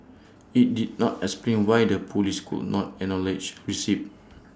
IT did not explain why the Police could not acknowledge receipt